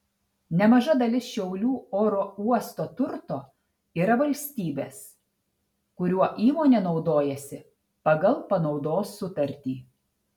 nemaža dalis šiaulių oro uosto turto yra valstybės kuriuo įmonė naudojasi pagal panaudos sutartį